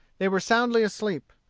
they were soundly asleep.